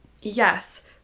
Yes